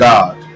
God